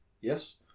yes